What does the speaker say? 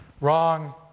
wrong